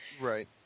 Right